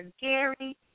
Gary